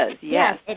yes